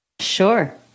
Sure